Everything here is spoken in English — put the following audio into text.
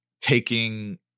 taking